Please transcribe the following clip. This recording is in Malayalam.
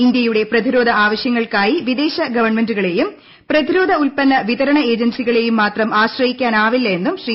ഇന്തൃയുടെ പ്രതിരോധ ആവശൃങ്ങൾക്കായി വിദേശ ഗവൺമെന്റുകളെയും പ്രതിരോധ ഉൽപ്പന്ന വിതരണ ഏജൻസികളെയും ആശ്രയിക്കാനാവില്ലെന്നും മാത്രം ശ്രീ